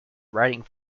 writing